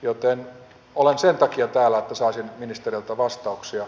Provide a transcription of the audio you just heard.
joten olen sen takia täällä että saisin ministereiltä vastauksia